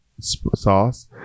sauce